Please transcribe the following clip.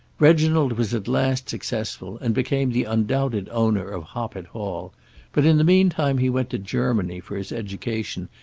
reginald was at last successful, and became the undoubted owner of hoppet hall but in the meantime he went to germany for his education,